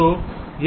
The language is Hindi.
तो यह होता है